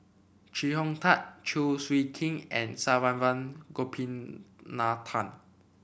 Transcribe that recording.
Chee Hong Tat Chew Swee Kee and Saravanan Gopinathan